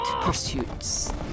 pursuits